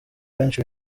benshi